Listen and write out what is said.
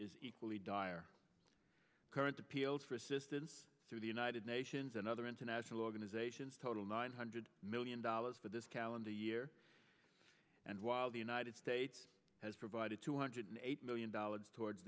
is equally dire current appeals for assistance through the united nations and other international organizations total nine hundred million dollars for this calendar year and while the united states has provided two hundred eight million dollars towards